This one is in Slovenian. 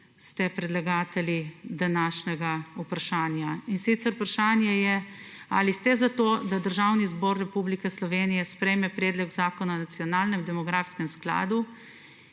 ste predlagatelji današnjega vprašanja? In sicer, vprašanje je, ali ste za to, da Državni zbor Republike Slovenije sprejme predlog zakona o Nacionalnem demografskem skladu,